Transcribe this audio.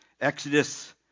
Exodus